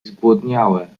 zgłodniałe